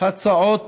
הצעות